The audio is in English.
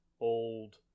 old